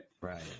Right